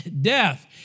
death